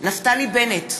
נפתלי בנט,